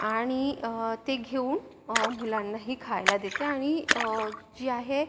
आणि ते घेऊन मुलांना ही खायला देते आणि जी आहे